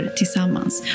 tillsammans